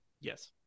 Yes